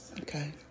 Okay